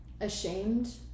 ashamed